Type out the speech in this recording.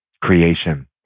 creation